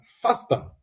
faster